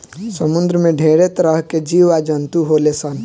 समुंद्र में ढेरे तरह के जीव आ जंतु होले सन